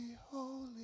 holy